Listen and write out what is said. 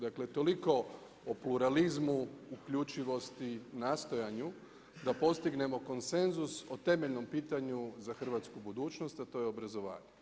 Dakle o pluralizmu, uključivosti, nastojanju da postignemo konsenzus o temeljnom pitanju za hrvatsku budućnost, a to je obrazovanje.